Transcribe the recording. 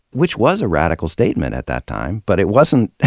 which was a radical statement at that time but it wasn't.